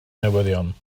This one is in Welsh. newyddion